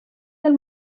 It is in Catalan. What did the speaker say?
del